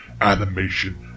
animation